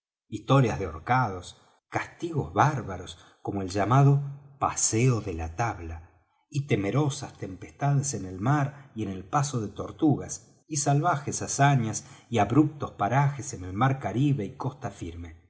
historias de ahorcados castigos bárbaros como el llamado paseo de la tabla y temerosas tempestades en el mar y en el paso de tortugas y salvajes hazañas y abruptos parajes en el mar caribe y costa firme